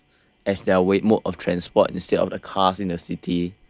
as their wait mode of transport instead of the cars in the city ya